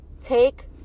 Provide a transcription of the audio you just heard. Take